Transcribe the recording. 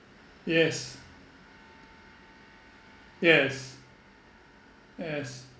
yes yes yes